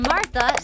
Martha